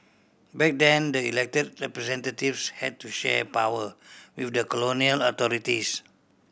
back then the elected representatives had to share power with the colonial authorities